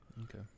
Okay